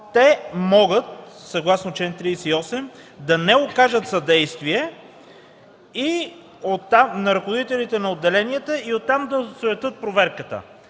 Те могат, съгласно чл. 38, да не окажат съдействие на ръководителите на отделенията и оттам да осуетят проверката.